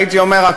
הייתי אומר,